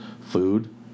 food